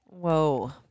Whoa